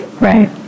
Right